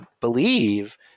believe